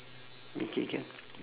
okay can